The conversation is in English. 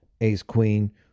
ace-queen